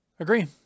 Agree